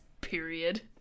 period